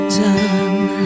done